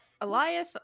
Elioth